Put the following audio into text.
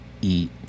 eat